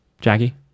Jackie